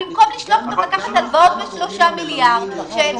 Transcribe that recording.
במקום לשלוח אותם לקחת הלוואות של 3 מיליארד שקל,